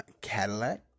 cadillac